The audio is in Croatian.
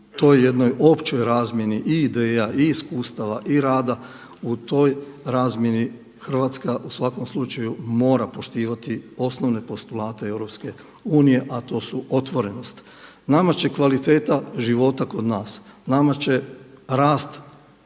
toj jednoj općoj razmjeni i ideja i iskustava i rada u toj razmjeni Hrvatska u svakom slučaju mora poštivati osnovne postulate EU a to su otvorenost. Nama će kvaliteta života kod nas, nama će rast BDP